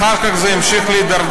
אחר כך זה המשיך להידרדר,